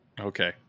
Okay